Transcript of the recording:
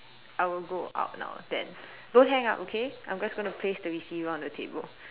I will go out now then don't hang up okay I'm just going to place the receiver on the table